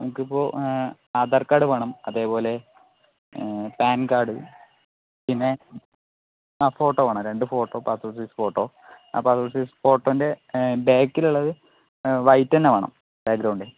നമുക്ക് ഇപ്പോൾ ആധാർ കാർഡ് വേണം അതേപോലെ പാൻ കാർഡ് പിന്നെ ആ ഫോട്ടോ വേണം ആ രണ്ട് ഫോട്ടോ ആ പാസ്പോർട്ട് സൈസ് ഫോട്ടോ ആ ഫോട്ടോൻ്റെ ബാക്കിൽ ഉള്ളത് വൈറ്റ് തന്നെ വേണം ബാക്ക്ഗ്രൗണ്ടെ